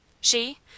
She